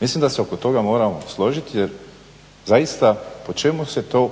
Mislim da se oko toga moramo složiti jer zaista po čemu se to,